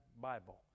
Bible